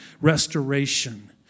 restoration